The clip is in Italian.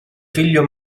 figlio